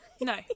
No